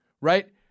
Right